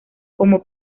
como